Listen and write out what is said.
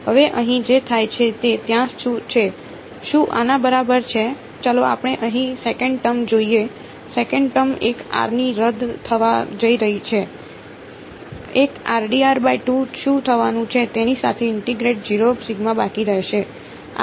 હવે અહીં જે થાય છે તે ત્યાં છે શું આના બરાબર છે ચાલો આપણે અહીં સેકંડ ટર્મ જોઈએ સેકંડ ટર્મ 1 r ની રદ થવા જઈ રહી છે I શું થવાનું છે તેની સાથે ઇન્ટીગ્રેટ 0 બાકી રહેશે